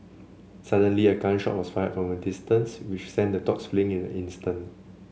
suddenly a gun shot was fired from a distance which sent the dogs fleeing in an instant